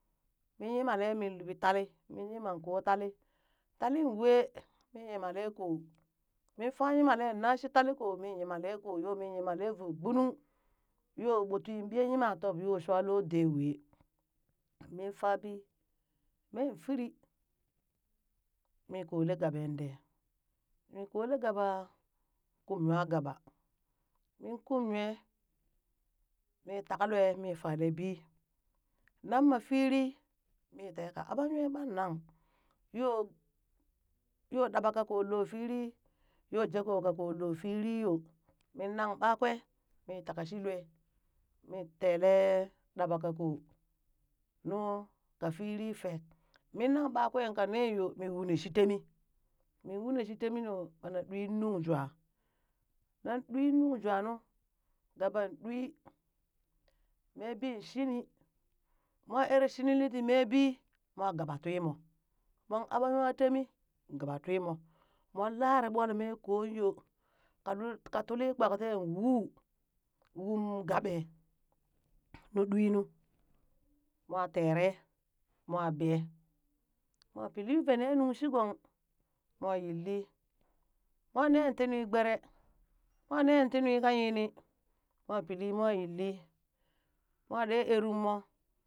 Min nyimale min luɓi tali, min nyimaŋ ko talli, tallin wee mii nyimale koh, min fa nyimale nashi talli ko mi nyimale ko yo mi nyimale voo gbunung, yo ɓo twiin biye yimam tob yo shwa lo dee we, min fa bi men firi mi kole gaɓen dee mi kole gaɓa, kum nwa gaɓa min kum nwe, mi taka lwe mi fale bi, nan ma firi mi teka aɓa nwe ɓan nang, yo yo ɗaɓa kako lo firi, yo je ko kako lo firi yo, min nang ɓakwe mi taka shi lwe mi tele ɗaɓa ka ko nuu ka firi fek, min nang ɓakwee ka neŋ yo mi wune shi temi, min wune shi temi nu ɓana ɗwin nung jwa, naŋ ɗwi nung jwa nu gaɓan ɗwi, mee bi shini mwa ere shinili ti mee bi mwa gaba twii mo, mon aɓa nwa temi gaba twimo, mon lare ɓol meen koŋyo ka lul ka tul kpak teen wuu, wuum gaɓe, nu ɗwi nu mwa tere, mwa bee mwa pili yuvet nungshigong mwa yilli mwa neŋ ti nwi gbere, mwa neŋ ti nwi ka yini, mwa pili mwa yilli, mwa ɗe erummo